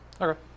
okay